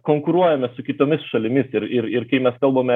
konkuruojame su kitomis šalimis ir ir ir kai mes kalbame